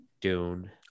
Dune